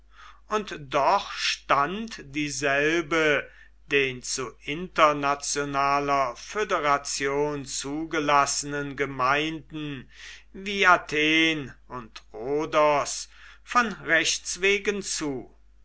und doch stand dieselbe den zu internationaler föderation zugelassenen gemeinden wie athen und rhodos von rechts wegen zu